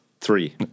Three